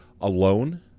alone